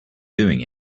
doing